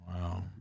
Wow